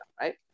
right